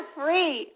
free